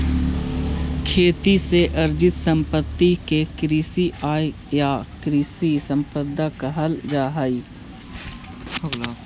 खेती से अर्जित सम्पत्ति के कृषि आय या कृषि सम्पदा कहल जा सकऽ हई